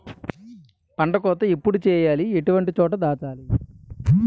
పంట కోత ఎప్పుడు చేయాలి? ఎటువంటి చోట దాచాలి?